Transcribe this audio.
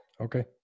Okay